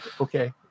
Okay